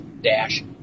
dash